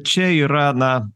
čia yra na